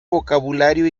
vocabulario